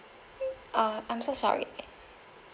uh I'm so sorry